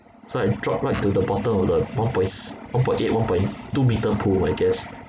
so I dropped right to the bottom of the one point s~ one point eight one point two meter pool I guess